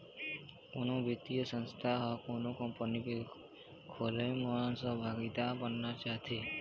कोनो बित्तीय संस्था ह कोनो कंपनी के खोलय म सहभागिता बनना चाहथे